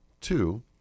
Two